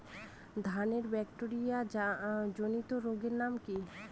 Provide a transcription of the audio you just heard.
ধানের ব্যাকটেরিয়া জনিত রোগের নাম কি?